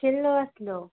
କେନ ଆସିଲ